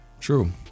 True